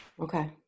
Okay